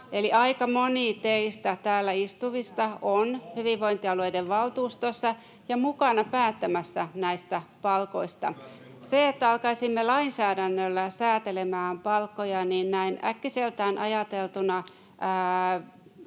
eli aika moni teistä täällä istuvista on hyvinvointialueiden valtuustossa ja mukana päättämässä näistä palkoista. Sitä, että alkaisimme lainsäädännöllä säätelemään palkkoja, näin äkkiseltään ajateltuna